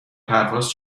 پرواز